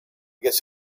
guess